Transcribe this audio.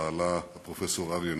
ובעלה הפרופסור אריה נאור,